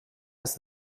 ist